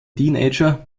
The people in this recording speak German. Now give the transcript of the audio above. teenager